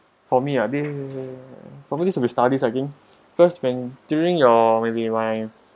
for me ah this for me use to be studies I think first when during your will be my